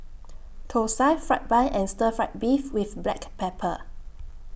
Thosai Fried Bun and Stir Fry Beef with Black Pepper